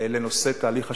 לנושא תהליך השלום,